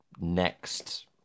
next